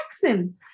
jackson